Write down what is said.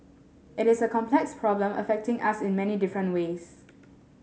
it is a complex problem affecting us in many different ways